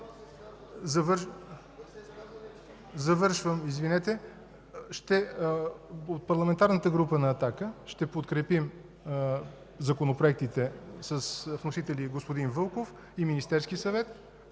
Завършвам, извинете. От Парламентарната група на „Атака” ще подкрепим законопроектите с вносители господин Вълков и Министерския съвет